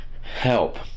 help